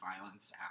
violence